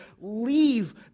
leave